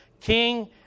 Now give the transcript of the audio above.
King